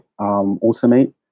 automate